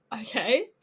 Okay